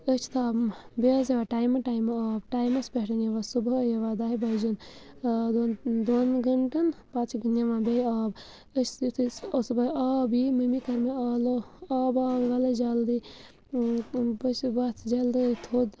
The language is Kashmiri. أسۍ چھِ تھاوان بیٚیہِ حظ یِوان ٹایمہٕ ٹایمہٕ آب ٹایمَس پٮ۪ٹھ یِوان صُبحٲے یِوان دَہہِ بَجَن دۄن دۄن گنٹَن پَتہٕ چھِ نِوان بیٚیہِ آب أسۍ یُتھُے صُبحٲے آب یی مٔمی کرِ مےٚ آلو آب آوٕے وَلَے جلدی بہٕ چھےٚ وَتھ جلدی تھوٚد